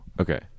Okay